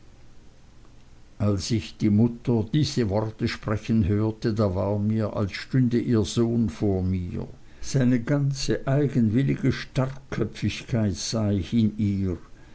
als ich die mutter diese worte sprechen hörte da war mir als stünde ihr sohn vor mir seine ganze eigenwillige starrköpfigkeit sah ich in ihr